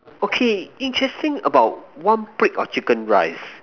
okay interesting about one plate of chicken rice